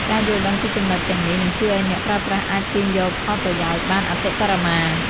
ការយល់ដឹងពីចំណុចទាំងនេះនឹងជួយឱ្យអ្នកប្រើប្រាស់អាចទាញយកផលប្រយោជន៍បានអតិបរមា។